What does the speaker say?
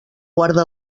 guarda